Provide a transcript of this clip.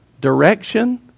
direction